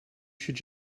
should